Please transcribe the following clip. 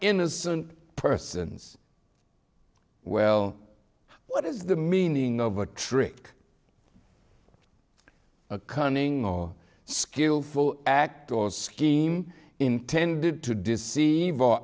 innocent persons well what is the meaning of a trick a cunning or skillful act or scheme intended to deceive or